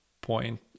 point